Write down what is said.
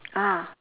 ah